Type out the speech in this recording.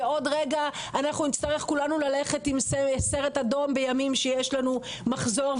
ועוד רגע אנחנו נצטרך כולנו ללכת עם סרט אדום בימים שיש לנו מחזור,